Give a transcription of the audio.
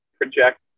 project